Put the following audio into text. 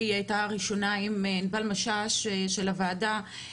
היא היתה הראשונה עם ענבל משש של הוועדה,